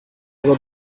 got